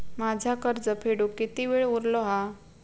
माझा कर्ज फेडुक किती वेळ उरलो हा?